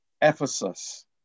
Ephesus